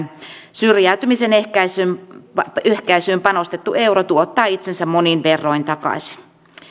syrjäytymisen ehkäisyyn panostettu euro tuottaa itsensä monin verroin takaisin